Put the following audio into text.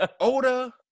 Oda